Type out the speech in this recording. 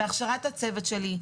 בהכשרת הצוות שלי,